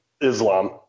islam